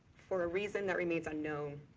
for a reason that remains unknown,